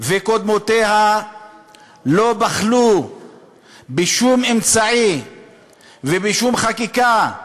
וקודמותיה לא בחלו בשום אמצעי ובשום חקיקה